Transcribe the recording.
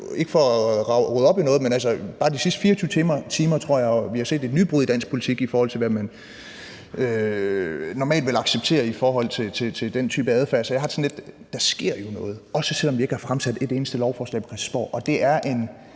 Ikke for at rode op i noget, men bare inden for de sidste 24 timer tror jeg, vi har set et nybrud i dansk politik, i forhold til hvad man normalt ville acceptere i forhold til den type adfærd. Så jeg har det sådan lidt: Der sker jo noget, også selv om vi ikke har fremsat et eneste lovforslag på Christiansborg. Og det er,